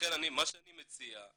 לכן מה שאני מציע,